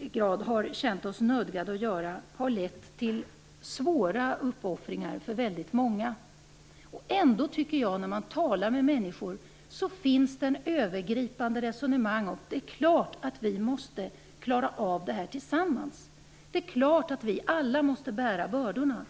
grad har känt oss nödgade att göra, har för väldigt många lett till svåra uppoffringar. När man talar med människor är ändå det övergripande resonemanget att det är klart att detta måste göras av oss alla tillsammans, att vi alla måste bära bördorna.